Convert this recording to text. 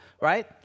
right